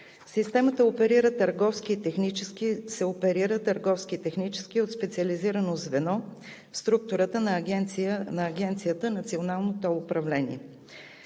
Системата оперира търговски и технически със специализирано звено в структурата на Агенцията „Национално тол управление“.